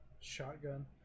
Shotgun